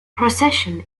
procession